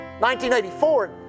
1984